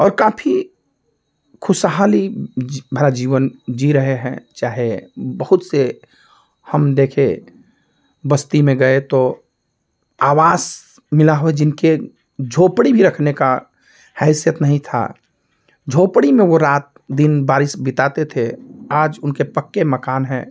और काफ़ी खुशहाली जी भरा जीवन जी रहे हैं चाहे बहुत से हम देखें बस्ती में गए तो आवास मिला हो जिनके झोपड़ी भी रखने का हैसियत नहीं था झोपड़ी में वह रात दिन बारिश बिताते थे आज उनके पक्के मकान हैं